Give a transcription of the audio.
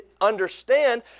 Understand